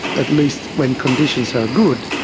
at least when conditions are good,